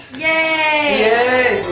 yay!